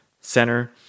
Center